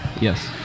Yes